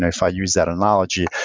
if i use that analogy,